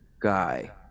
guy